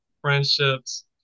friendships